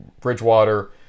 Bridgewater